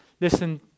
Listen